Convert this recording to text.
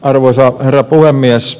arvoisa herra puhemies